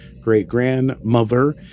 great-grandmother